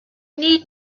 need